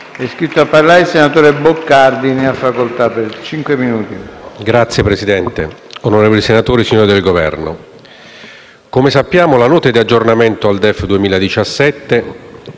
Signor Presidente, onorevoli senatori, signori del Governo, come sappiamo, la nota di aggiornamento al DEF 2017,